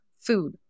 food